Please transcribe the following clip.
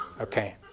Okay